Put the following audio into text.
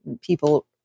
people